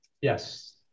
Yes